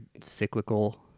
cyclical